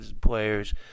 players